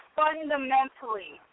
fundamentally